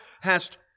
hast